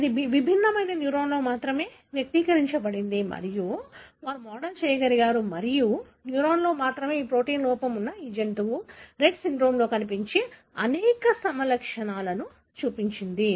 ఇది విభిన్నమైన న్యూరాన్లో మాత్రమే వ్యక్తీకరించబడింది మరియు వారు మోడల్ చేయగలిగారు మరియు న్యూరాన్లో మాత్రమే ఈ ప్రోటీన్ లోపం ఉన్న ఈ జంతువు రెట్ సిండ్రోమ్లో కనిపించే అనేక సమలక్షణాలను చూపించింది